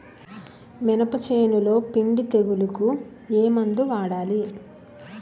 మినప చేనులో పిండి తెగులుకు ఏమందు వాడాలి?